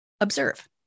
Observe